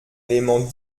élément